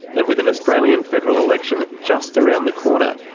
and with an australian federal election just around the corner,